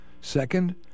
Second